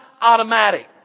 automatic